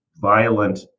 violent